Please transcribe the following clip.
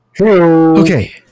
Okay